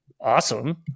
awesome